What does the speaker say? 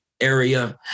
area